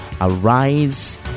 arise